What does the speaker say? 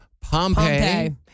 Pompeii